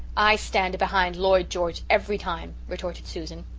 i stand behind lloyd george every time retorted susan.